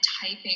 typing